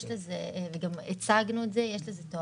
יש לזה תועלות וגם הצגנו את זה.